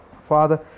father